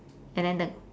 and then the